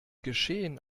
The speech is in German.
geschehen